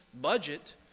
budget